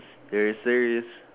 you're serious